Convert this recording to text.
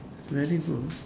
very good